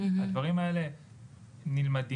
הדברים האלה נלמדים,